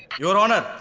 your honor!